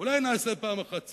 אולי נעשה פעם אחת צדק,